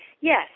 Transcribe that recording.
Yes